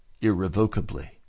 irrevocably